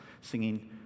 singing